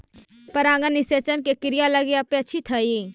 परागण निषेचन के क्रिया लगी अपेक्षित हइ